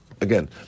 Again